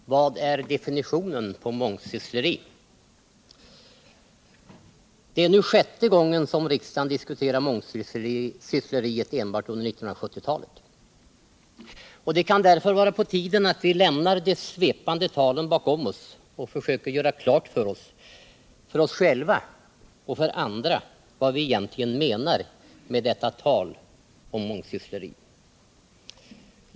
Herr talman! Vad är definitionen på mångsyssleri? Det är nu sjätte gången enbart under 1970-talet som riksdagen diskuterar mångsyssleriet. Det kan därför vara på tiden att vi lämnar de svepande talen bakom oss och försöker göra klart för både oss själva och andra vad vi egentligen menar med ordet mångsyssleri.